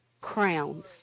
crowns